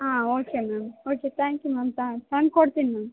ಹಾಂ okay ma'am okay thank you ma'am ತಂದ್ಕೊಡ್ತೀನಿ ma'am